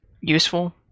useful